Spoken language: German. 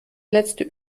letzte